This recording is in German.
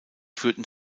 führten